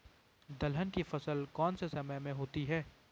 दलहन की फसल कौन से समय में होती है?